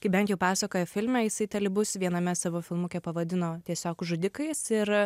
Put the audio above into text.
kaip bent pasakoja filme jisai talibus viename savo filmuke pavadino tiesiog žudikais ir